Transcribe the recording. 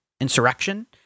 insurrection